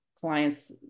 clients